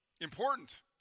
Important